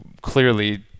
clearly